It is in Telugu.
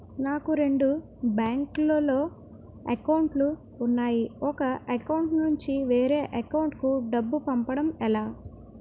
నాకు రెండు బ్యాంక్ లో లో అకౌంట్ లు ఉన్నాయి ఒక అకౌంట్ నుంచి వేరే అకౌంట్ కు డబ్బు పంపడం ఎలా?